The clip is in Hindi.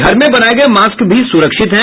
घर में बनाये गये मास्क भी सुरक्षित है